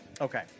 Okay